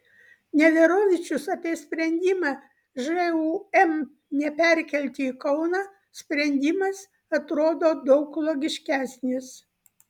neverovičius apie sprendimą žūm neperkelti į kauną sprendimas atrodo daug logiškesnis